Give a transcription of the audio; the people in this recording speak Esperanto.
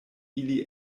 ili